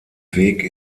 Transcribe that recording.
weg